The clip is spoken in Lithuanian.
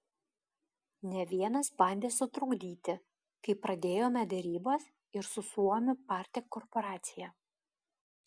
ne vienas bandė sutrukdyti kai pradėjome derybas ir su suomių partek korporacija